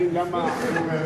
באמת.